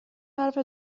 حرف